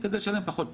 כדי לשלם פחות פנסיה,